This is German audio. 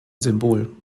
symbol